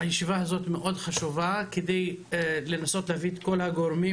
הישיבה הזאת מאוד חשובה כדי לנסות להביא את כל הגורמים,